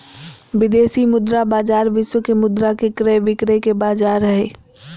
विदेशी मुद्रा बाजार विश्व के मुद्रा के क्रय विक्रय के बाजार हय